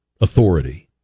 authority